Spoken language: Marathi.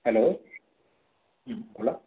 हॅलो बोला